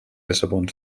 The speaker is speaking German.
lissabon